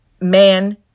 man